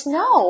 no